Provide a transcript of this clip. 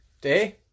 Day